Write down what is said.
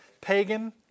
pagan